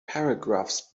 paragraphs